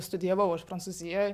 studijavau aš prancūzijoj